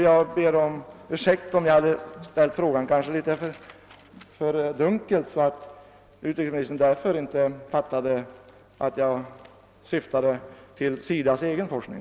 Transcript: Jag ber om ursäkt om jag kanske ställt frågan något dunkelt, så att utrikesministern därför inte fattade att jag syftade till SIDA:s egen forskning.